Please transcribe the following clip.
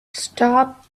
stop